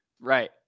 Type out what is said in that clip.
Right